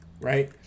right